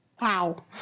Wow